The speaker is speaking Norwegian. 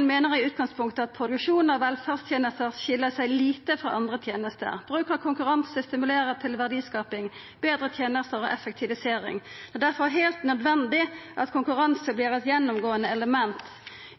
mener i utgangspunktet at produksjon av velferdstjenester skiller seg lite fra andre tjenester. Bruk av konkurranse stimulerer til verdiskaping, bedre tjenester og effektivisering. Det er derfor helt nødvendig at konkurranse blir et gjennomgående element